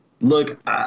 Look